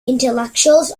intellectuals